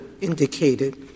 indicated